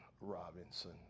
Robinson